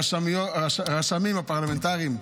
באמת תודה לרשמים הפרלמנטריים,